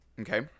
Okay